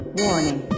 warning